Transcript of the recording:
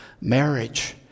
marriage